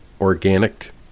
organic